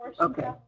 okay